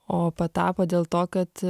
o patapo dėl to kad